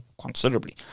considerably